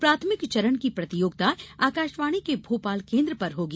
प्राथमिक चरण की प्रतियोगिता आकाशवाणी के भोपाल केन्द्र पर होगी